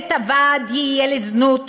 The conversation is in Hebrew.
"בית ועד יהיה לזנות,